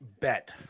bet